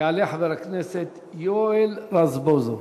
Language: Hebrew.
יעלה חבר הכנסת יואל רזבוזוב,